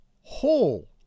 Whole